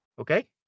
Okay